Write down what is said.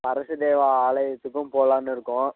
அரசு தேவா ஆலயத்துக்கும் போகலான்னு இருக்கோம்